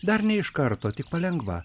dar ne iš karto tik palengva